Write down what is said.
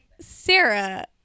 sarah